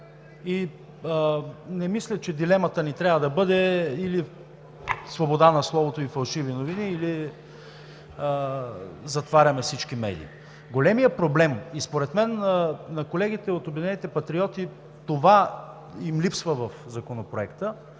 И не мисля, че дилемата ни трябва да бъде или свобода на словото и фалшиви новини, или затваряме всички медии. Големият проблем, и според мен на колегите от „Обединени патриоти“ това им липсва в Законопроекта,